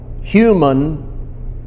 human